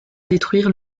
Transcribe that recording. détruire